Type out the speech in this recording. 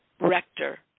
Rector